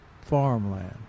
farmland